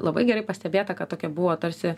labai gerai pastebėta kad tokia buvo tarsi